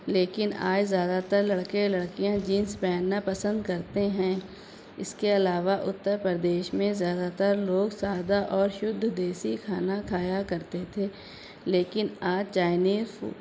لیکن آج زیادہ تر لڑکے لڑکیاں جینس پہننا پسند کرتے ہیں اس کے علاوہ اتر پردیش میں زیادہ تر لوگ سادہ اور شدھ دیسی کھانا کھایا کرتے تھے لیکن آج چائنیز